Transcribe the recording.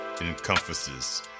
encompasses